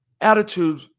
attitude